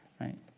Right